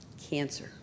cancer